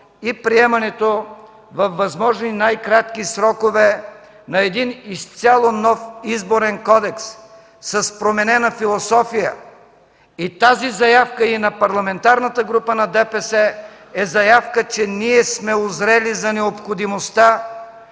и приемането във възможно най-кратки срокове на един изцяло нов Изборен кодекс с променена философия. Тази заявка и на Парламентарната група на ДПС е заявка, че ние сме узрели за необходимостта